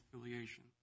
affiliation